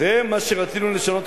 זה מה שרצינו לשנות,